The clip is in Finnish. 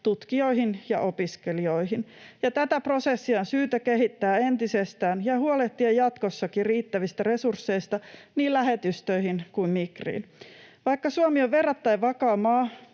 tutkijoihin ja opiskelijoihin. Ja tätä prosessia on syytä kehittää entisestään ja huolehtia jatkossakin riittävistä resursseista niin lähetystöihin kuin Migriin. Vaikka Suomi on verrattain vakaa maa,